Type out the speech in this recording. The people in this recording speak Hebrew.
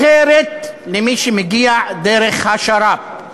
אחרת למי שמגיע דרך השר"פ.